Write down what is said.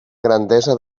grandesa